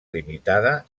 limitada